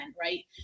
right